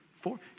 four